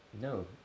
No